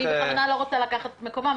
אני בכוונה לא רוצה לקחת את מקומם,